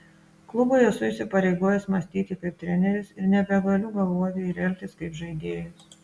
klubui esu įsipareigojęs mąstyti kaip treneris ir nebegaliu galvoti ir elgtis kaip žaidėjas